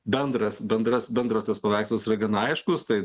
bendras bendras bendras tas paveikslas yra gana aiškus tai